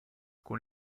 con